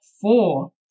four